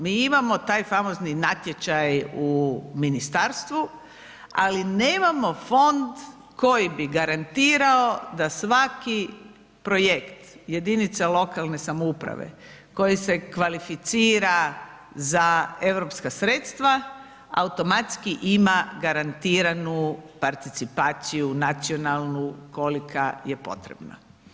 Mi imamo taj famozni natječaj u ministarstvu ali nemamo fond koji bi garantirao da svaki projekt jedinica lokalne samouprave koji se kvalificira za europska sredstva automatski ima garantiranu participaciju nacionalnu kolika je potrebna.